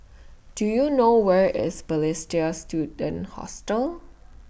Do YOU know Where IS Balestier Student Hostel